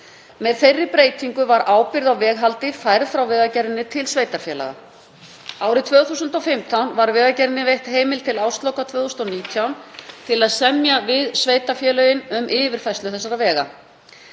Með þeirri breytingu var ábyrgð á veghaldi færð frá Vegagerðinni til sveitarfélaga. Árið 2015 var Vegagerðinni veitt heimild til ársloka 2019 til að semja við sveitarfélögin um yfirfærslu veganna.